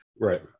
Right